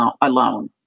alone